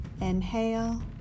Inhale